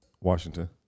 Washington